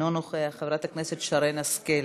אינו נוכח, חברת הכנסת שרן השכל,